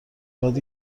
یاد